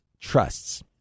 trusts